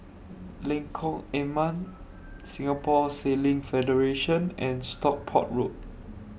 Lengkok Enam Singapore Sailing Federation and Stockport Road